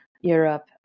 Europe